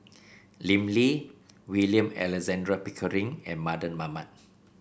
Lim Lee William Alexander Pickering and Mardan Mamat